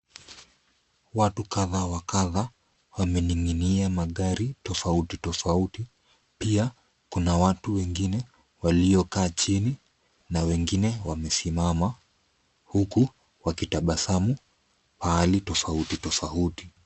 Watu kadha wa kadha wamening'inia magari tofauti tofauti. Pia kuna watu wengine waliokaa chini na wengine wamesimama huku wakitabasamu mahali tofauti tofauti.